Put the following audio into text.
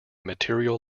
material